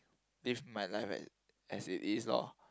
live my life as as it is lor